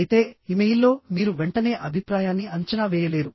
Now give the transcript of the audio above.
అయితే ఇమెయిల్లో మీరు వెంటనే అభిప్రాయాన్ని అంచనా వేయలేరు